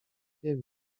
wiem